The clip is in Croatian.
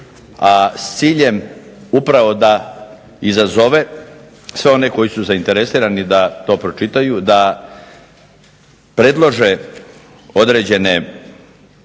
a s ciljem upravo da izazove sve one koji su zainteresirani da to pročitaju, da predlože određene